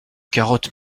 carottes